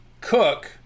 cook